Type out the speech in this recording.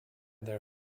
their